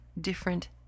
different